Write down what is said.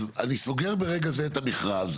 אז אני סוגר ברגע זה את המכרז.